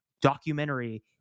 documentary